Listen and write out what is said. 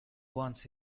once